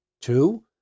Two